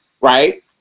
right